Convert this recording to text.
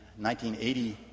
1980